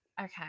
okay